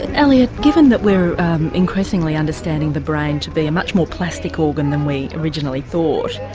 and elliot, given that we are increasingly understanding the brain to be a much more plastic organ than we originally thought,